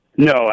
No